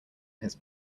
his